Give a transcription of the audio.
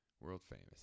world-famous